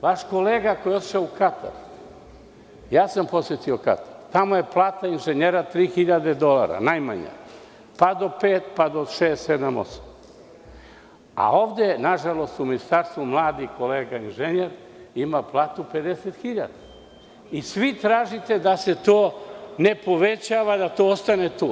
Vaš kolega koji je otišao u Katar, posetio sam Katar, tamo je plata inženjera 3.000 dolara najmanja, pa do 5.000, pa do 6.000, 7.000, 8.000, a ovde nažalost u ministarstvu mladi kolega inženjer ima platu 50.000 i svi tražite da se to ne povećava da to ostane tu.